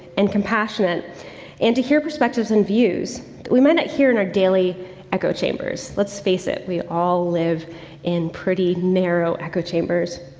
and compassionate and to hear perspectives and views we might not hear in our daily echo chambers. let's face it, we all live in pretty narrow echo chambers.